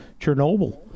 Chernobyl